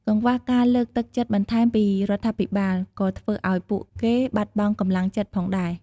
កង្វះការលើកទឹកចិត្តបន្ថែមពីរដ្ឋាភិបាល ក៏ធ្វើឲ្យពួកគេបាត់បង់កម្លាំងចិត្តផងដែរ។